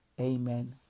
Amen